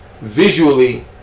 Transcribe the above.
visually